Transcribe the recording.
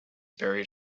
buried